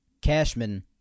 Cashman